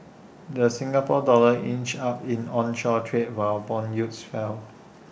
the Singapore dollar inched up in onshore trade while Bond yields fell